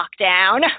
lockdown